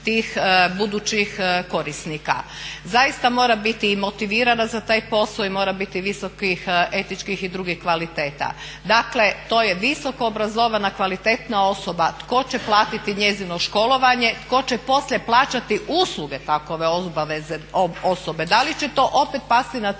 tih budućih korisnika. Zaista mora biti i motivirana za taj posao i mora biti visokih etičkih i drugih kvaliteta. Dakle, to je visoko obrazovana, kvalitetna osoba. Tko će platiti njezino školovanje, tko će poslije plaćati usluge takove osobe? Da li će to opet pasti